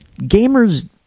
gamers